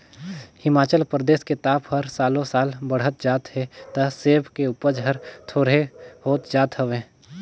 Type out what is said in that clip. हिमाचल परदेस के ताप हर सालो साल बड़हत जात हे त सेब के उपज हर थोंरेह होत जात हवे